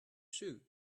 shoe